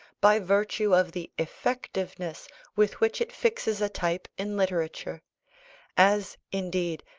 by virtue of the effectiveness with which it fixes a type in literature as, indeed,